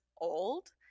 old